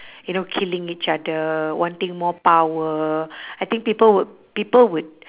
you know killing each other wanting more power I think people would people would